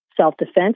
self-defense